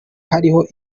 hariho